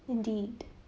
indeed